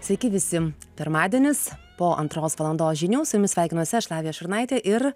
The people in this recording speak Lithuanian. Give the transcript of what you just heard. sveiki visi pirmadienis po antros valandos žinių su jumis sveikinuosi aš lavija šurnaitė ir